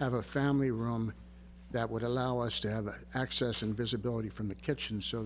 have a family room that would allow us to have access and visibility from the kitchen so